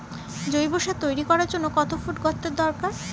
জৈব সার তৈরি করার জন্য কত ফুট গর্তের দরকার?